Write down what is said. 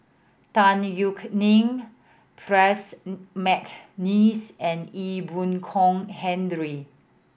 Tan Yeok Nee Percy McNeice and Ee Boon Kong Henry